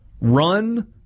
Run